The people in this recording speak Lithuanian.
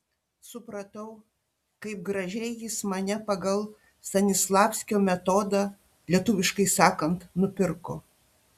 supratau kaip gražiai jis mane pagal stanislavskio metodą lietuviškai sakant nupirko